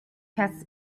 passes